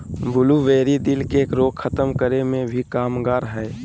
blueberry, दिल के रोग खत्म करे मे भी कामगार हय